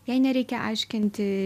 jai nereikia aiškinti